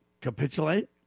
capitulate